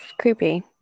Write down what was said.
creepy